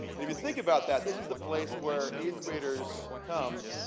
and if you think about that, this is the place where eighth graders come,